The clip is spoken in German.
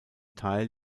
teil